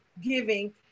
giving